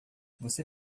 você